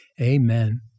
Amen